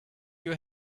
you